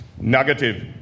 Negative